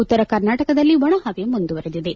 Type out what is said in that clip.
ಉತ್ತರ ಕರ್ನಾಟಕದಲ್ಲಿ ಒಣಪವೆ ಮುಂದುವರೆದಿದೆ